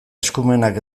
eskumenak